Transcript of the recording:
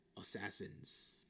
Assassin's